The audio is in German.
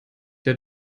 der